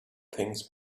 things